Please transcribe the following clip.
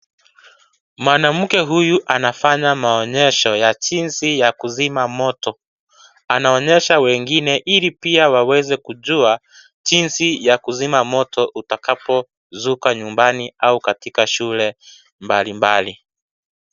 Mwanamke huyu anaonyesha maonyesho ya jinsi ya kuzima moto. Anaonyesha wengine ili pia waweze kujua jinsi ya kuzima moto utakapozuka nyumbani au katika shule mbalimbali.